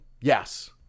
yes